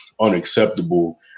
unacceptable